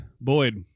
Boyd